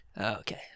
Okay